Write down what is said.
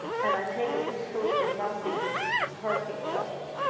and i take it these schools will not be hurricane shelters